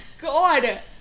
God